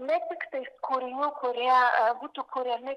ne tiktais kūrinių kurie būtų kuriami